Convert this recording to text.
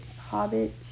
Hobbit